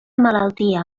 malaltia